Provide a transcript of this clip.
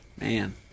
Man